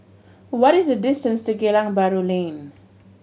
what is the distance to Geylang Bahru Lane